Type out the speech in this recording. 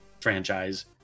franchise